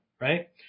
right